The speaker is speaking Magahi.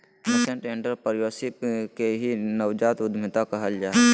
नसेंट एंटरप्रेन्योरशिप के ही नवजात उद्यमिता कहल जा हय